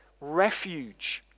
refuge